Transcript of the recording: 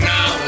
Now